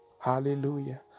Hallelujah